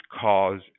cause